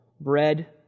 bread